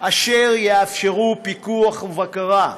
אשר יאפשרו פיקוח ובקרה,